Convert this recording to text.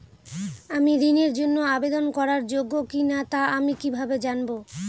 আমি ঋণের জন্য আবেদন করার যোগ্য কিনা তা আমি কীভাবে জানব?